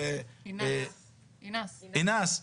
אינאס,